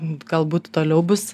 galbūt toliau bus